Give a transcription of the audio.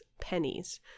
Pennies